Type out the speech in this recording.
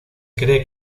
cree